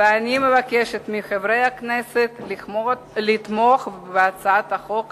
אני מבקשת מחברי הכנסת לתמוך בהצעת החוק החשובה.